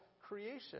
creation